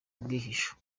bwihisho